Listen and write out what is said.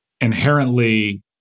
inherently